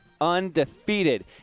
undefeated